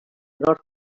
nord